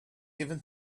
given